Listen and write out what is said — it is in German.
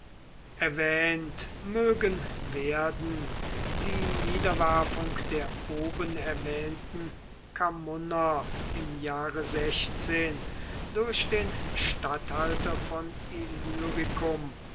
erwähnt mögen werden die niederwerfung der oben erwähnten camunner im jahre durch den statthalter von